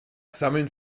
sammeln